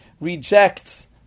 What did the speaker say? rejects